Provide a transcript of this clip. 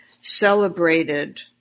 celebrated